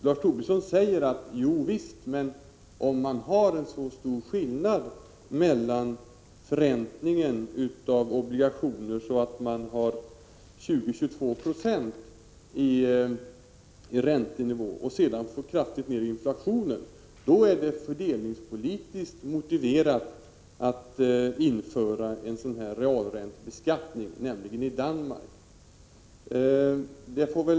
Lars Tobisson säger: Ja, men om skillnaden är så stor när det gäller förräntningen av obligationer att räntenivån ligger på 20-22 20 och inflationen sedan kraftigt går ned, är det fördelningspolitiskt motiverat att införa en sådan här realräntebeskattning. Det gäller alltså Danmark.